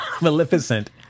Maleficent